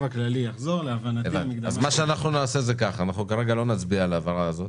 אנחנו כרגע לא נצביע על העברה המתבקשת